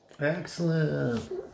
Excellent